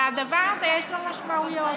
לדבר הזה יש משמעויות.